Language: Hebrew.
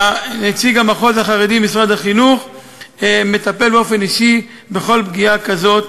נציג המחוז החרדי במשרד החינוך מטפל באופן אישי בכל פגיעה כזאת,